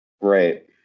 Right